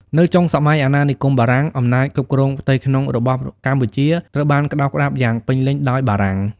នៅចុងសម័យអាណានិគមបារាំង អំណាចគ្រប់គ្រងផ្ទៃក្នុងរបស់កម្ពុជាត្រូវបានក្ដោបក្ដាប់យ៉ាងពេញលេញដោយបារាំង។